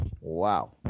Wow